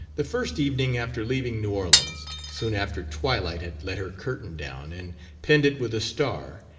the first evening after leaving new orleans, soon after twilight had let her curtain down, and pinned it with a star,